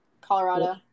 Colorado